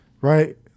right